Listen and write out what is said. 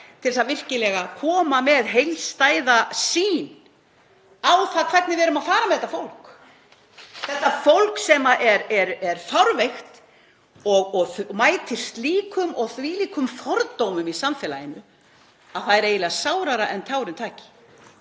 þess að virkilega koma með heildstæða sýn á það hvernig við erum að fara með þetta fólk. Þetta fólk sem er fárveikt og mætir slíkum og þvílíkum fordómum í samfélaginu að það er eiginlega sárara en tárum taki.